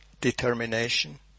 determination